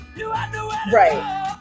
right